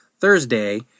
Thursday